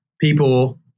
people